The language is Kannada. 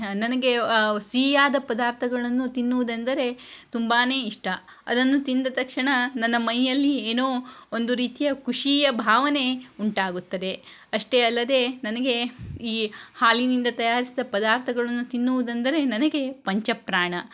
ನನಗೆ ಸಿಹಿಯಾದ ಪದಾರ್ಥಗಳನ್ನು ತಿನ್ನುವುದೆಂದರೆ ತುಂಬಾ ಇಷ್ಟ ಅದನ್ನು ತಿಂದ ತಕ್ಷಣ ನನ್ನ ಮೈಯಲ್ಲಿ ಏನೋ ಒಂದು ರೀತಿಯ ಖುಷಿಯ ಭಾವನೆ ಉಂಟಾಗುತ್ತದೆ ಅಷ್ಟೇ ಅಲ್ಲದೆ ನನಗೆ ಈ ಹಾಲಿನಿಂದ ತಯಾರಿಸಿದ ಪದಾರ್ಥಗಳನ್ನು ತಿನ್ನುವುದೆಂದರೆ ನನಗೆ ಪಂಚ ಪ್ರಾಣ